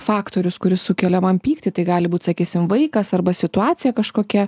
faktorius kuris sukelia man pyktį tai gali būt sakysim vaikas arba situacija kažkokia